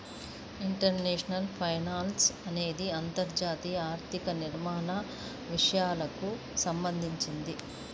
international finance అనేది అంతర్జాతీయ ఆర్థిక నిర్వహణ విషయాలకు సంబంధించింది